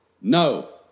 no